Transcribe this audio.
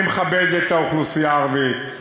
אני מכבד את האוכלוסייה הערבית,